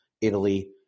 Italy